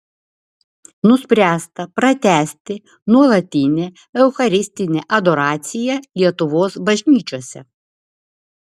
nuspręsta pratęsti nuolatinę eucharistinę adoraciją lietuvos bažnyčiose